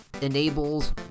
enables